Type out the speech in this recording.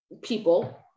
people